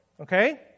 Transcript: Okay